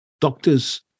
doctors